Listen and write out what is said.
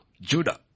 Judah